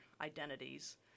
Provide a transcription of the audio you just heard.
identities